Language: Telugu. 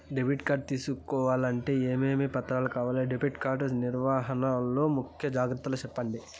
డెబిట్ కార్డు తీసుకోవాలంటే ఏమేమి పత్రాలు కావాలి? డెబిట్ కార్డు నిర్వహణ లో ముఖ్య జాగ్రత్తలు సెప్పండి?